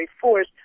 force